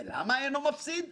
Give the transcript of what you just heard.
ולמה אינו מפסיד?